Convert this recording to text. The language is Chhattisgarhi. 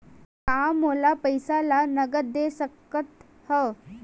का मोला पईसा ला नगद दे सकत हव?